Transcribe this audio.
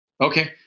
Okay